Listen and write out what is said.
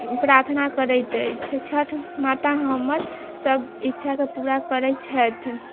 प्रार्थना करैत अछि छठि माता हमर सभ इच्छा के पूरा करै छथि